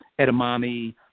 edamame